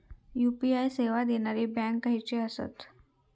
UPI सेवा देणारे bank खयचे आसत?